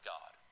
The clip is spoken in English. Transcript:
God